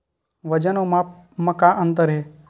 वजन अउ माप म का अंतर हे?